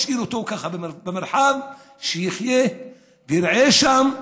תשאיר אותו ככה במרחב, שיחיה וירעה שם,